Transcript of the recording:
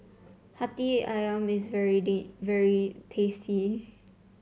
hati ayam is very very tasty